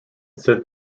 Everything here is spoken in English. sit